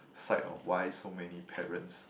side of why so many parents